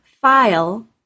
file